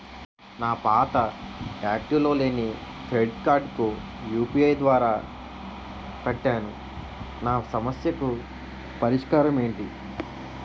నా పాత యాక్టివ్ లో లేని క్రెడిట్ కార్డుకు యు.పి.ఐ ద్వారా కట్టాను నా సమస్యకు పరిష్కారం ఎంటి?